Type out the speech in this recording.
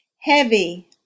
Heavy